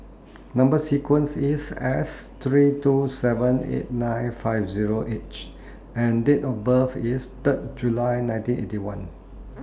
Number sequence IS S three two seven eight nine five Zero H and Date of birth IS Third July nineteen Eighty One